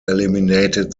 eliminated